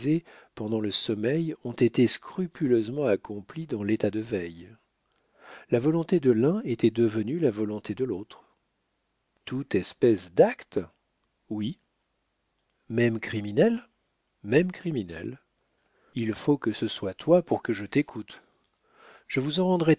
pendant le sommeil ont été scrupuleusement accomplis dans l'état de veille la volonté de l'un était devenue la volonté de l'autre toute espèce d'acte oui même criminel même criminel il faut que ce soit toi pour que je t'écoute je vous en rendrai